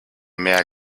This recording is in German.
mehr